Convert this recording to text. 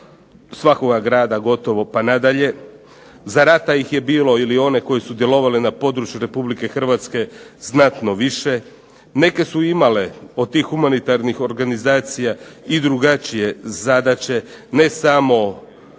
svakoga grada gotovo pa nadalje. Za rata ih je bilo ili one koji su djelovali na području Republike Hrvatske znatno više. Neke su imale od tih humanitarnih organizacija i drugačije zadaće, ne samo one